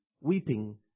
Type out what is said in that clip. weeping